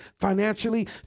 financially